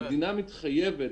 המדינה מתחייבת